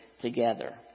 together